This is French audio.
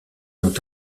ont